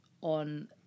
on